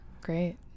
Great